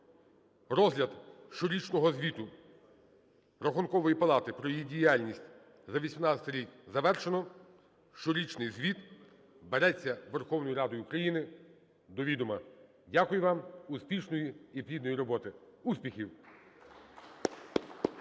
розгляд щорічного звіту Рахункової палати про її діяльність за 2018 рік завершено. Щорічний звіт береться Верховною Радою України до відома. Дякую вам. Успішної і плідної роботи! Успіхів!